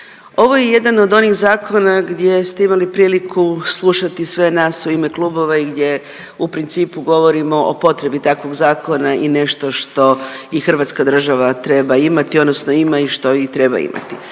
ovo je jedan od onih zakona gdje ste imali priliku slušati sve nas u ime klubova i gdje u principu govorimo o potrebi takvog zakona i nešto što i hrvatska država treba imati odnosno ima i što i treba imati.